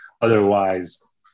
otherwise